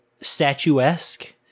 statuesque